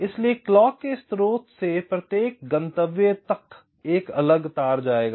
इसलिए क्लॉक के स्रोत से प्रत्येक गंतव्य तक एक अलग तार जाएगा